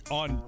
on